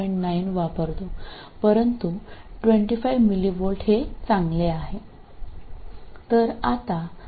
9 वापरतो परंतु 25mv हे चांगले आहे